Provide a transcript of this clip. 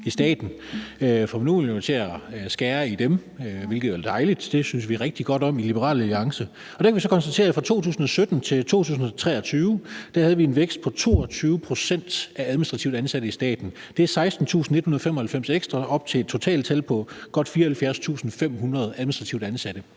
i staten. Formodentlig vil man til at skære i dem, hvilket vil være dejligt. Det synes vi rigtig godt om i Liberal Alliance. Der kan vi så konstatere, at fra 2017 til 2023 havde vi en vækst på 22 pct. i antallet af administrative ansatte i staten. Det er 16.195 ekstra. Og totalt er det godt 74.500 administrative ansatte.